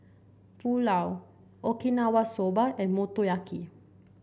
Pulao Okinawa Soba and Motoyaki